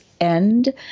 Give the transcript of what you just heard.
end